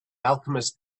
alchemist